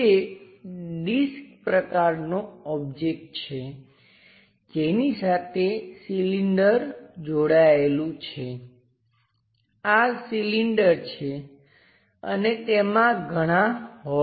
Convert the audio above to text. તે ડિસ્ક પ્રકારનો ઓબ્જેક્ટ છે જેની સાથે સિલિન્ડર જોડાયેલું છે આ સિલિન્ડર છે અને તેમાં ઘણા હોલ છે